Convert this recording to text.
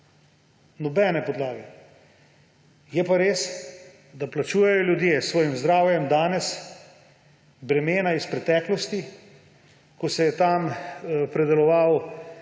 Nobene podlage. Je pa res, da plačujejo ljudje s svojim zdravjem danes bremena iz preteklosti, ko se je tam predeloval